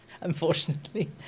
unfortunately